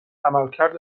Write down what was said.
عملکرد